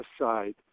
aside